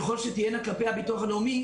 ככל שתהיינה כלפי הביטוח הלאומי,